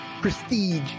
Prestige